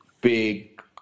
big